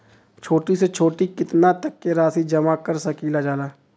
छोटी से छोटी कितना तक के राशि जमा कर सकीलाजा?